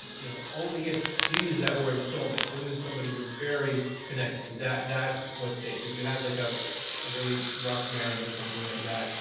you know. only if. you use that word soul mate, so this is somebody you're very connected to. that's what stays. if you had like a ah really rough marriage or something like that,